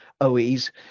OEs